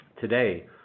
Today